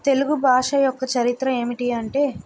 తెలుగు భాష యొక్క చరిత్ర ఏమిటి అంటే